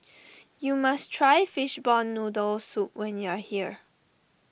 you must try Fishball Noodle Soup when you are here